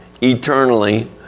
eternally